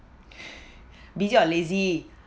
比较 lazy